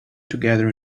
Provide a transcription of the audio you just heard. together